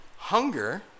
Hunger